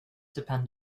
depend